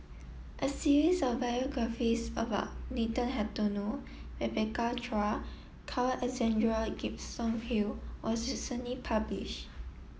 a series of biographies about Nathan Hartono Rebecca Chua Carl Alexander Gibson Hill was recently published